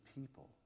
people